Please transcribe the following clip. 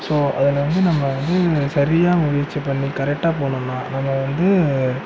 so அதில் வந்து நம்ம வந்து சரியாக முயற்சி பண்ணி கரெக்டாக போனம்னா நம்ம வந்து